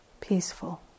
peaceful